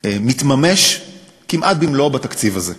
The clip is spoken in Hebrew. מתממש כמעט במלואו בתקציב הזה,